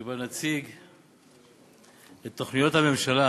שבה נציג את תוכניות הממשלה